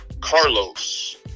Carlos